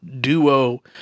duo